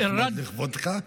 לכבודך?